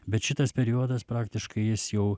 bet šitas periodas praktiškai jis jau